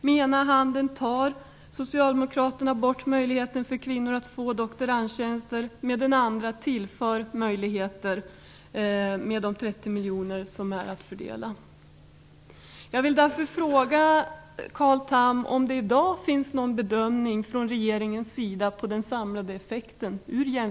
Med den ena handen tar socialdemokraterna bort möjligheter för kvinnor att få doktorandtjänster, med den andra tillför de möjligheter med de 30 miljoner som finns att fördela.